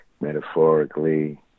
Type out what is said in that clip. metaphorically